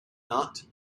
not